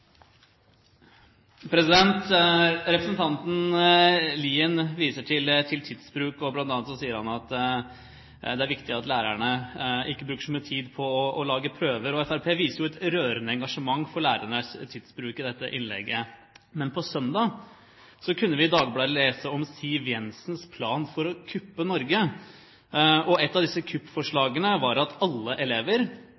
viktig at lærerne ikke bruker så mye tid på å lage prøver. Og Fremskrittspartiet viser i dette innlegget et rørende engasjement for lærernes tidsbruk. Men på søndag kunne vi i Dagbladet lese om Siv Jensens plan for å kuppe Norge, og ett av disse